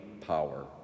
power